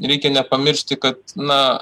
reikia nepamiršti kad na